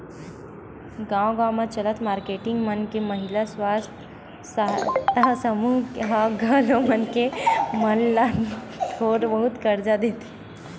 गाँव गाँव म चलत मारकेटिंग मन के महिला स्व सहायता समूह ह घलो मनखे मन ल थोर बहुत करजा देथे